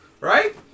right